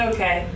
Okay